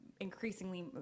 increasingly